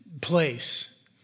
place